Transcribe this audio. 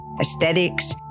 aesthetics